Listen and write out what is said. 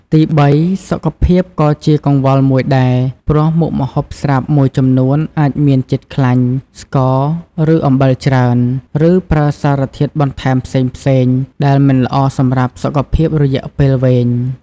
ទីបី សុខភាពក៏ជាកង្វល់មួយដែរ ព្រោះមុខម្ហូបស្រាប់មួយចំនួនអាចមានជាតិខ្លាញ់ ស្ករ ឬអំបិលច្រើន ឬប្រើសារធាតុបន្ថែមផ្សេងៗ ដែលមិនល្អសម្រាប់សុខភាពរយៈពេលវែង។